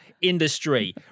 industry